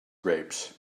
grapes